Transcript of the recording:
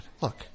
Look